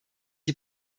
die